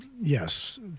Yes